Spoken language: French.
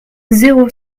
zéro